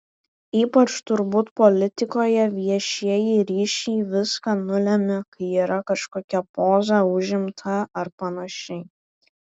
ypač turbūt politikoje viešieji ryšiai viską nulemia kai yra kažkokia poza užimta ar panašiai